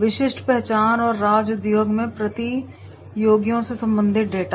विशिष्ट पहचान और राज्य उद्योग में प्रतियोगियों से संबंधित डेटा